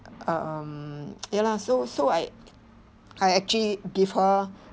um ya lah so so I I actually give her